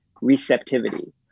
receptivity